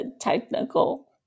technical